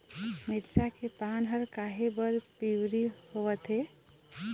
मिरचा के पान हर काहे बर पिवरी होवथे?